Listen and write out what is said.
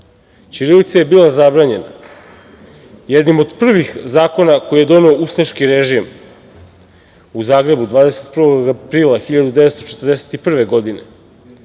ćirilica je bila zabranjena jednim od prvih zakona koji je doneo ustaški režim u Zagrebu 21. aprila 1941. godine.